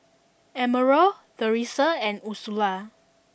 Emerald Teressa and Ursula